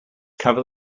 cover